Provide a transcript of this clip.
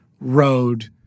road